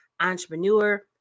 entrepreneur